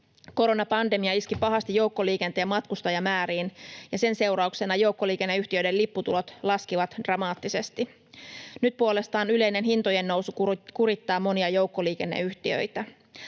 Koronapandemia iski pahasti joukkoliikenteen matkustajamääriin, ja sen seurauksena joukkoliikenneyhtiöiden lipputulot laskivat dramaattisesti. Nyt puolestaan yleinen hintojen nousu kurittaa monia joukkoliikenneyhtiöitä.